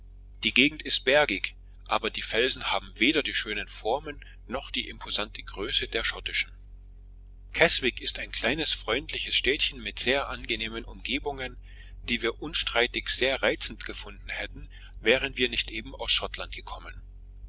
die gegend ist bergig aber die felsen haben weder die schönen formen noch die imposante größe der schottischen keswick ist ein kleines freundliches städtchen mit sehr angenehmen umgebungen die wir unstreitig sehr reizend gefunden hätten wären wir nicht eben aus schottland gekommen